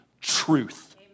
truth